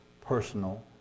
personal